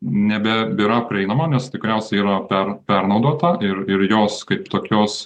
nebe bėra prieinama nes tikriausiai yra per pernaudota ir ir jos kaip tokios